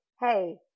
hey